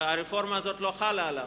הרפורמה הזאת לא חלה עליו,